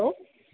hello